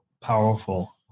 powerful